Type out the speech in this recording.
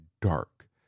dark